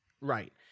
right